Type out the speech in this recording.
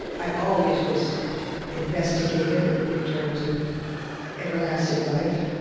i always was investigative and in terms of everlasting life,